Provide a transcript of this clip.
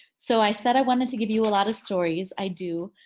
so i said i wanted to give you a lot of stories i do.